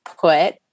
put